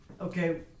Okay